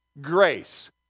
grace